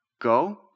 Go